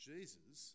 Jesus